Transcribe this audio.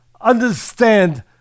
understand